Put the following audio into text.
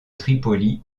tripoli